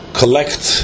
collect